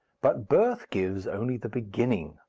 but birth gives only the beginning,